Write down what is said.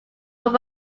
were